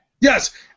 Yes